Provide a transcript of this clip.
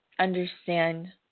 understand